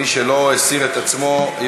מי שלא הסיר את עצמו.